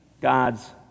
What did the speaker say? God's